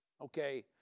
okay